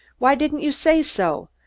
why didn't you say so?